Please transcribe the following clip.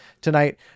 tonight